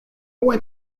went